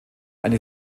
eine